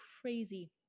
crazy